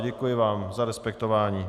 Děkuji vám za respektování.